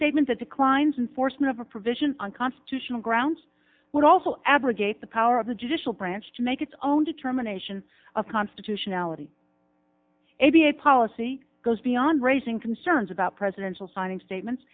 statement that declines in forcemeat of a provision on constitutional grounds would also abrogate the power of the judicial branch to make its own determination of constitutionality a b a policy goes beyond raising concerns about presidential signing statements